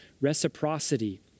reciprocity